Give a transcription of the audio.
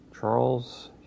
Charles